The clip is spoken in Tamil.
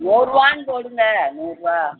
நூறுபான்னு போடுங்கள் நூறுபா